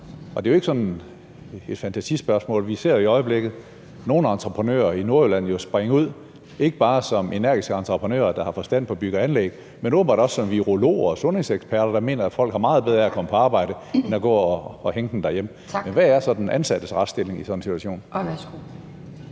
Det er jo ikke sådan et fantasispørgsmål. Vi ser i øjeblikket nogle entreprenører i Nordjylland springe ud ikke bare som energiske entreprenører, der har forstand på byggeri og anlæg, men åbenbart også som virologer og sundhedseksperter, der mener, at folk har meget bedre af at komme på arbejde end at gå og hænge derhjemme. Men hvad er så den ansattes retsstilling i sådan en situation? Kl.